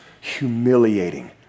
humiliating